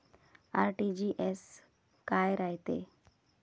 RTGS काय रायते?